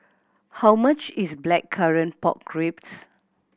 how much is Blackcurrant Pork Ribs